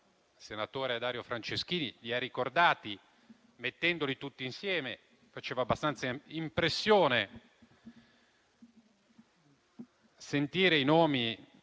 senatore Dario Franceschini, li ha ricordati, mettendoli tutti insieme. Faceva abbastanza impressione sentire i nomi